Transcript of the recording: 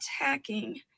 attacking